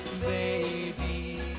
baby